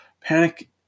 Panic